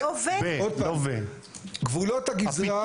גבולות הגזרה,